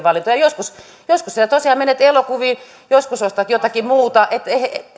valintoja joskus joskus sinä tosiaan menet elokuviin joskus ostat jotakin muuta